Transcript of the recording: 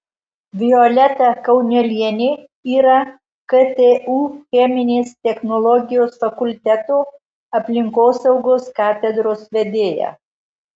violeta kaunelienė yra ktu cheminės technologijos fakulteto aplinkosaugos katedros vedėja